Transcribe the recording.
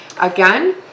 Again